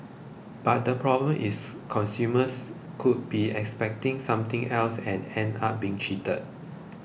but the problem is consumers could be expecting something else and end up being cheated